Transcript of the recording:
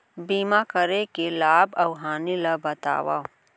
बीमा करे के लाभ अऊ हानि ला बतावव